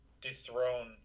dethrone